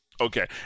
Okay